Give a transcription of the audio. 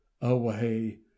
Away